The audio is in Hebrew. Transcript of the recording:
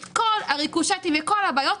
את כל הריקושטים וכל הבעיות,